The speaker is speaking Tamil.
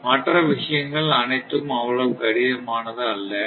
மற்ற விஷயங்கள் அனைத்தும் அவ்வளவு கடினமானது அல்ல